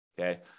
Okay